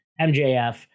mjf